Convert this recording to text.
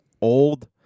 old